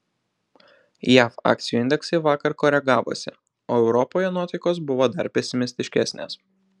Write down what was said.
jav akcijų indeksai vakar koregavosi o europoje nuotaikos buvo dar pesimistiškesnės